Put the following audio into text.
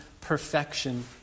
perfection